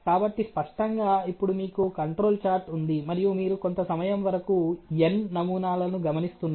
కాబట్టి స్పష్టంగా ఇప్పుడు మీకు కంట్రోల్ చార్ట్ ఉంది మరియు మీరు కొంత సమయం వరకు n నమూనాలను గమనిస్తున్నారు